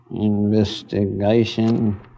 Investigation